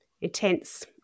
intense